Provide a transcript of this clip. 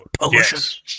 pollution